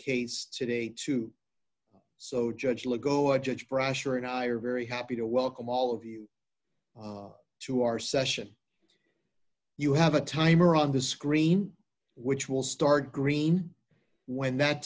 case today too so judge will go and judge brasher and i are very happy to welcome all of you to our session you have a timer on the screen which will start green when that